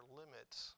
limits